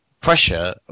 pressure